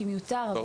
כי מיותר,